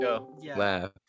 Laugh